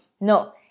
no